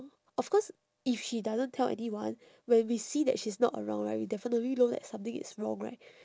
of course if she doesn't tell anyone when we see that she is not around right we definitely know that something is wrong right